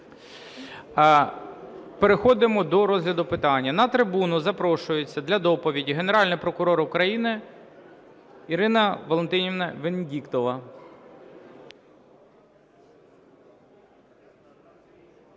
Переходимо до розгляду питання. На трибуну запрошується для доповіді Генеральний прокурор України Ірина Валентинівна Венедіктова.